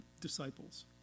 disciples